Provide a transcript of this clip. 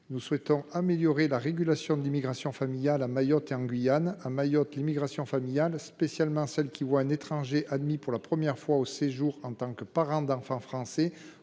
Soilihi vise à améliorer la régulation de l’immigration familiale à Mayotte et en Guyane. À Mayotte, l’immigration familiale, particulièrement celle qui voit un étranger admis pour la première fois au séjour en tant que parent d’enfant français,